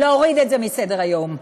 להוריד את זה מסדר-היום.